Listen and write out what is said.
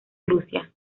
rusia